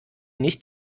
nicht